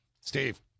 Steve